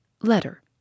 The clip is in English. Letter